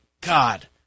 God